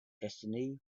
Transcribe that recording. destiny